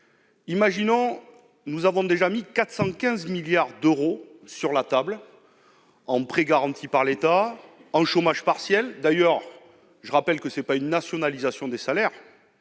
global. Nous avons déjà mis 415 milliards d'euros sur la table en prêts garantis par l'État, en chômage partiel- je rappelle qu'il ne s'agit pas d'une nationalisation des salaires,